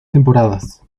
temporadas